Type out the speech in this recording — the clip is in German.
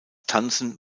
tanzen